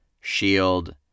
shield